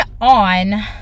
on